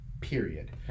period